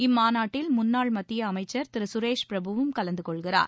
இம்மாநாட்டில் முன்னாள் மத்திய அமைச்சர் திரு சுரேஷ் பிரபுவும் கலந்துகொள்கிறார்